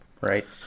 Right